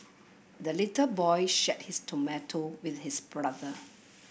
the little boy shared his tomato with his brother